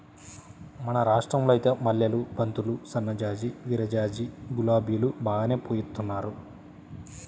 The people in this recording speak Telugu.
మన రాష్టంలో ఐతే మల్లెలు, బంతులు, సన్నజాజి, విరజాజి, గులాబీలు బాగానే పూయిత్తున్నారు